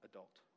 adult